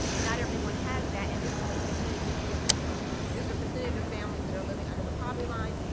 not everyone has that. and this is the percentage of students who don't. this is the percentage of families that are living under the poverty line.